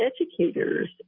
educators